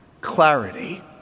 clarity